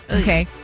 Okay